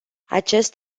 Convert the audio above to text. acest